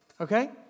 okay